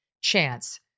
chance